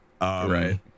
Right